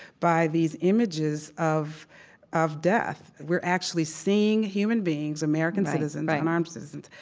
by these images of of death. we're actually seeing human beings, american citizens, unarmed citizens,